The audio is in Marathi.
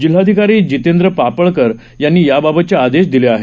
जिल्हाधिकारी जितेंद्र पापळकर यांनी याबाबतचे आदेश दिले आहेत